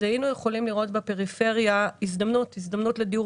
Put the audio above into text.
היינו יכולים לראות בפריפריה הזדמנות לדיור